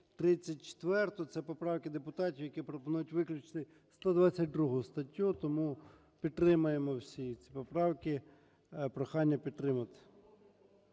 734-у – це поправки депутатів, які пропонують виключити 122 статтю. Тому підтримаємо всі ці поправки. Прохання підтримати.